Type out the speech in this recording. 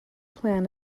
plan